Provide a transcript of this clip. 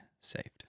saved